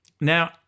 Now